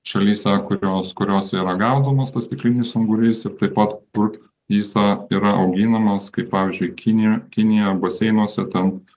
šalyse kurios kurios yra gaudomos tas stiklinis ungurys ir taip pat kur jis a yra auginamas kaip pavyzdžiui kinija kinija baseinuose ten